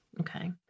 Okay